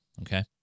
okay